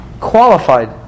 qualified